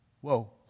Whoa